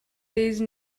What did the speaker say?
these